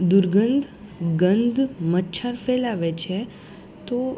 દુર્ગંધ ગંધ મચ્છર ફેલાવે છે તો